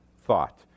thought